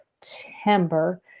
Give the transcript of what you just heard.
September